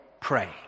pray